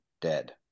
dead